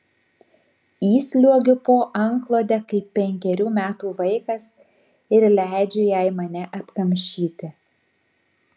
įsliuogiu po antklode kaip penkerių metų vaikas ir leidžiu jai mane apkamšyti